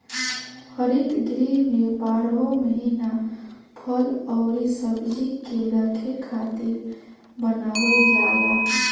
हरित गृह में बारहो महिना फल अउरी सब्जी के रखे खातिर बनावल जाला